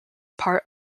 part